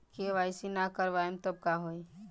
KYC ना करवाएम तब का होई?